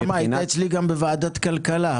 נשמה, היית אצלי גם בוועדת כלכלה.